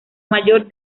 mayor